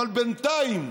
אבל בינתיים,